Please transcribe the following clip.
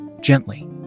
gently